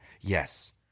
Yes